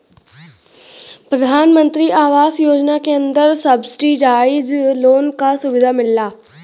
प्रधानमंत्री आवास योजना के अंदर सब्सिडाइज लोन क सुविधा मिलला